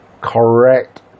correct